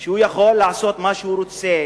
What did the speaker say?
שהוא יכול לעשות מה שהוא רוצה,